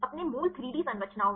अपने मूल 3 डी संरचनाओं